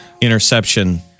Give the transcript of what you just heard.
interception